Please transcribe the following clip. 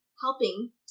helping